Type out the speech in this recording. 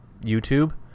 YouTube